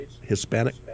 Hispanic